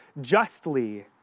justly